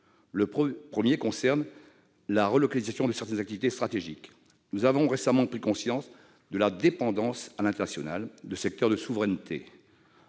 Le premier concerne la relocalisation de certaines activités stratégiques. Nous avons récemment pris conscience de la dépendance à l'international de secteurs de souveraineté.